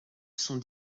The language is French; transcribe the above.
sont